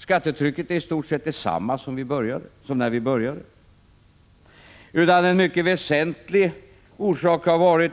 Skattetrycket är i stort sett detsamma som när vi började. En mycket väsentlig orsak har i stället varit